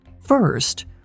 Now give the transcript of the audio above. First